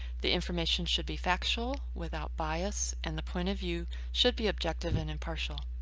the information should be factual, without bias, and the point of view should be objective and impartial.